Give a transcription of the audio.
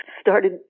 started